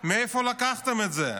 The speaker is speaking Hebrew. מאיפה לקחתם את זה?